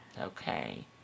Okay